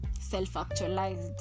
self-actualized